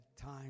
time